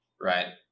right